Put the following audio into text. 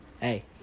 hey